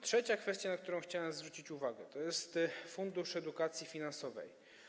Trzecia kwestia, na którą chciałbym zwrócić uwagę, to jest Fundusz Edukacji Finansowej.